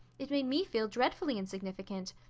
it made me feel dreadfully insignificant.